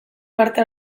parte